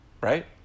right